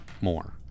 more